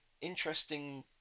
interesting